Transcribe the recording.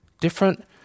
Different